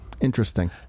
interesting